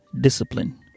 discipline